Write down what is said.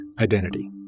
identity